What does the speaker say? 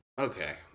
okay